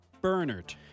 Bernard